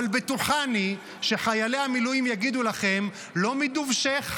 אבל בטוחני שחיילי המילואים יגידו לכם: לא מדובשך,